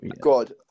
god